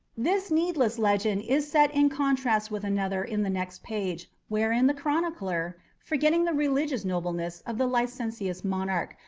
this needless legend is set in contrast with another in the next page, wherein the chronicler, forgetting the religious nobleness of the licentious monarch,